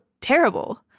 terrible